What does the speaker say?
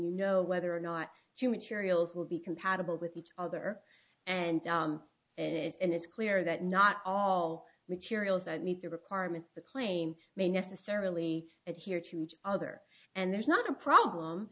you know whether or not to materials will be compatible with each other and it and it's clear that not all materials that meet the requirements the claim may necessarily and here to each other and there's not a problem